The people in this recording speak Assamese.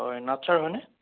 হয় নাথ ছাৰ হয়নে